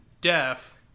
death